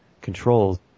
controls